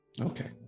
Okay